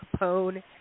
Capone